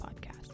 podcast